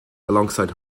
alongside